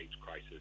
crisis